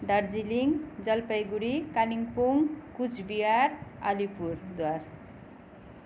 Darjeeling Jalpaiguri Kalimpong Cooch Behar Alipurduar